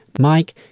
Mike